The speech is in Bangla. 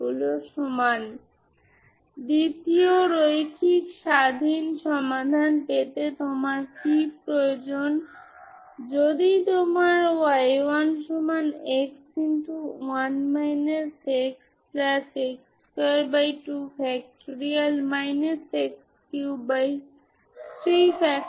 একটি সময় সংকেত f দেওয়া হলে আপনি এই ফোরিয়ার কোইফিসিয়েন্টকে ট্রান্সফর্ম করতে পারেন এবং তারপর এই বিচ্ছিন্ন ফ্রিকোয়েন্সি ব্যবহার করে আপনার সংকেত ফিরে পেতে পারেন একটি ফোরিয়ার সিরিজ